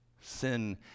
sin